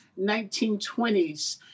1920s